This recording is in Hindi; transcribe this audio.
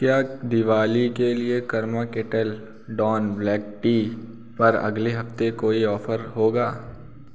क्या दिवाली के लिए Karma Kettle dawn black tea पर अगले हफ़्ते कोई ऑफर होगा